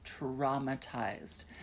traumatized